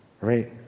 Right